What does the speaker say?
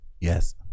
Yes